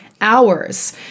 hours